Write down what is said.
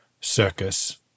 circus